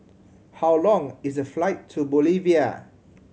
how long is the flight to Bolivia